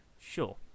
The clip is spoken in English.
Sure